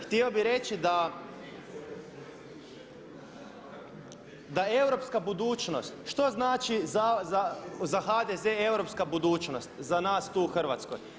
Htio bi reći da europska budućnost, što znači za HDZ europska budućnost za nas tu u Hrvatskoj?